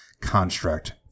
Construct